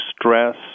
stress